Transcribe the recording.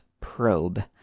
probe